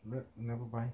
let never buy